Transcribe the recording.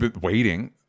waiting